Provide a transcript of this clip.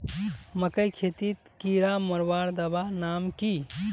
मकई खेतीत कीड़ा मारवार दवा नाम की?